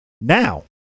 now